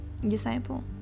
Disciple